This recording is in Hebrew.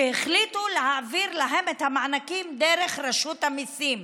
שהחליטו להעביר להן את המענקים דרך רשות המיסים.